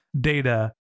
data